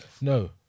no